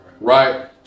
right